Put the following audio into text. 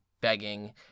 begging